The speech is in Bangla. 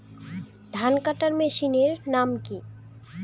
ধান কাটার মেশিনের নাম কি?